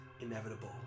inevitable